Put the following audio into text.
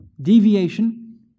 Deviation